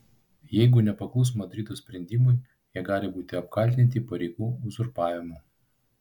jeigu nepaklus madrido sprendimui jie gali būti apkaltinti pareigų uzurpavimu